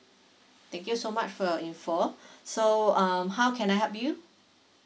thank you so much for your info so um how can I help you